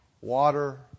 water